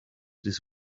this